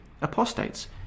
apostates